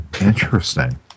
interesting